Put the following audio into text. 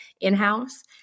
in-house